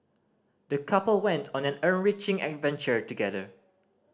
the couple went on an enriching adventure together